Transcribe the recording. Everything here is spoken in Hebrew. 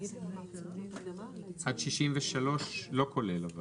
עד 623 לא כולל?